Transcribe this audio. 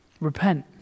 Repent